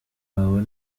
wawe